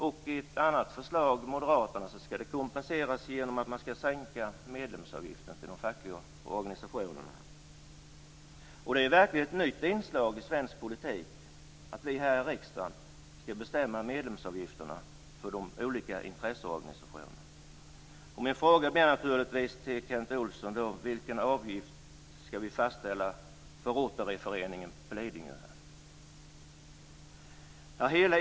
Enligt ett annat förslag, moderaternas, skall de kompenseras genom att man sänker medlemsavgifterna till de fackliga organisationerna. Det är verkligen ett nytt inslag i svensk politik att vi här i riksdagen skall bestämma medlemsavgifterna för de olika intresseorganisationerna. Min fråga till Kent Olsson blir naturligtvis vilken avgift vi skall fastställa för Rotaryföreningen på Lidingö.